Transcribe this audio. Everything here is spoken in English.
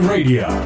Radio